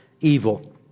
evil